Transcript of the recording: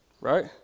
right